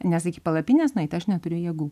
nes iki palapinės nueit aš neturiu jėgų